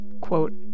Quote